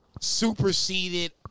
superseded